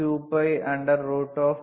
01 into 10 12 that will give us9